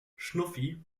schnuffi